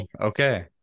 okay